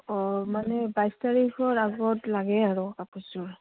অঁ মানে বাইছ তাৰিখৰ আগত লাগে আৰু কাপোৰযোৰ